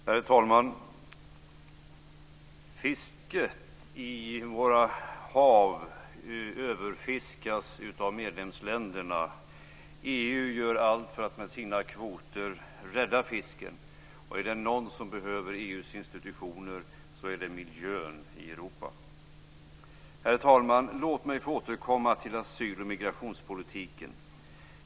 Herr talman! Fisket i våra hav överfiskas av medlemsländerna. EU gör allt för att med sina kvoter rädda fisken. Och är det någon som behöver EU:s institutioner så är det miljön i Europa. Herr talman! Låt mig få återkomma till asyl och migrationspolitiken.